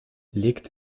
legt